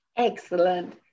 Excellent